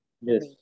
Yes